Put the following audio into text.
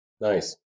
Nice